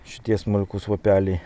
šitie smulkūs lapeliai